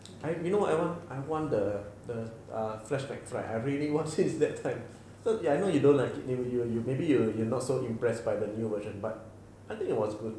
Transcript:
I you know I want I want the the err flashbacks right one says that time so ya you know you don't like to name you you maybe you will you not so impressed by the new version but I think it was good